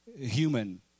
human